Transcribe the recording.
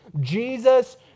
Jesus